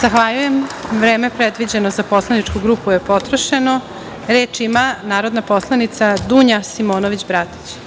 Zahvaljujem. Vreme predviđeno za poslaničku grupu je potrošeno. Reč ima narodna poslanica Dunja Simonović Bratić.